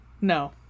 No